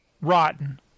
Rotten